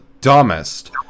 dumbest